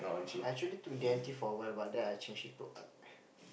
actually took D-and-T for quite a while but then I change it to Art